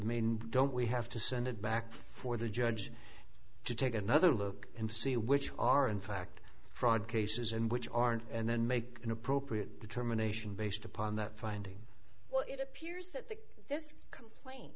main don't we have to send it back for the judge to take another look and see which are in fact fraud cases and which aren't and then make an appropriate determination based upon that finding well it appears that this complaint